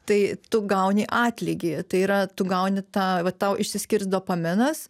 tai tu gauni atlygį tai yra tu gauni tą va tau išsiskirs dopaminas